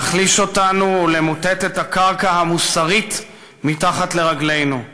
להחליש אותנו ולמוטט את הקרקע המוסרית מתחת לרגלינו.